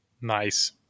Nice